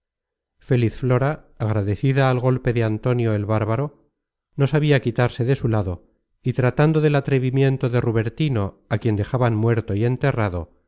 feliz flora agradecida al golpe de antonio el bárbaro no sabia quitarse de su lado y tratando del atrevimiento de rubertino á quien dejaban muerto y enterrado